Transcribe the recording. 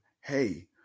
hey